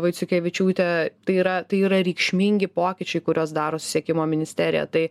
vaiciukevičiūtė tai yra tai yra reikšmingi pokyčiai kuriuos daro susisiekimo ministerija tai